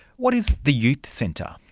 what is the youth centre?